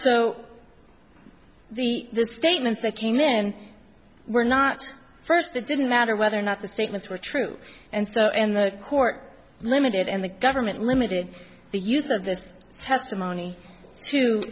so the statements that came in were not first it didn't matter whether or not the statements were true and so and the court limited and the government limited the use of this testimony to